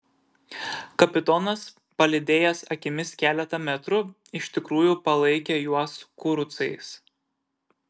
kapitonas palydėjęs akimis keletą metrų iš tikrųjų palaikė juos kurucais